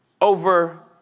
over